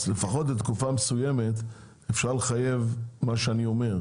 אז לפחות לתקופה מסוימת אפשר לחייב את מה שאני אומר.